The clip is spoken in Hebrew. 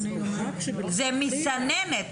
זה מסננת.